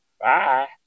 Bye